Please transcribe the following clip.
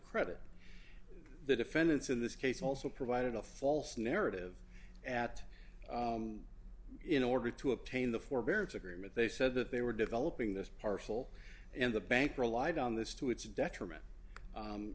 credit the defendants in this case also provided a false narrative at in order to obtain the forbearance agreement they said that they were developing this parcel and the bank relied on this to its detriment